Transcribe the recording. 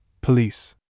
Police